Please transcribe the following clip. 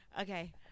Okay